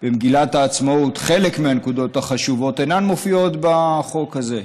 במגילת העצמאות אינן מופיעות בחוק הזה.